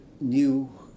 new